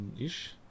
ish